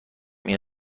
این